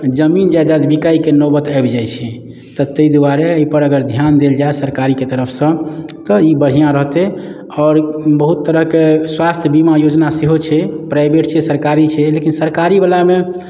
जमीन जायदाद बिकायके नौबत आबि जाइत छै तऽ ताहि दुआरे एहि पर अगर ध्यान देल जाए सरकारीके तरफसँ तऽ ई बढआँ रहतै आओर बहुत तरहके स्वास्थ्य बीमा योजना सेहो छै प्राइवेट छै सरकारी छै लेकिन सरकारी बलामे